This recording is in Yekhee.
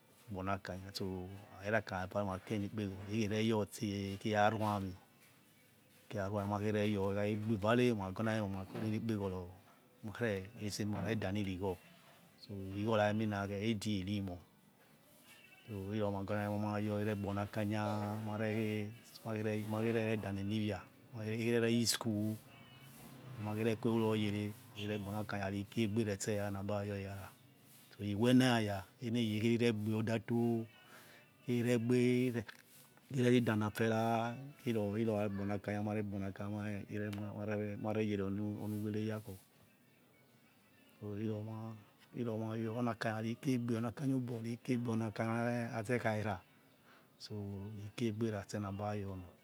Gbonakanya so ukhara akanya vare malaenilapgoro iroiyorst ikhera ruami makhere your ikhakhgbevare magamime makhereni kpegoro ma reresemare maredanirigh nirigho radie rimot so iromenagiomiamime mayor iregbonakanya mare eh merere dane niwia erereyi school malaere quereroyere mare gbonialaanya oni akanya rikie gbere tse abayor weyara iwenaya enaya ekheronegbe odator ikeregbe iredanafera irorare ogb onakany nimaradafemai mare yereoware yakho whore iroma yor iromayor oni akanya rikieg be oni akania obo rikie gbe onakania nazakhare so rikigbe retse ebayorna